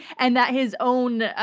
and that his own, ah